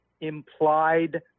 implied